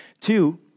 Two